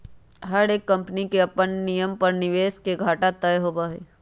हर एक कम्पनी के अपन नियम पर निवेश के घाटा तय होबा हई